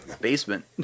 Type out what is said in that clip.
basement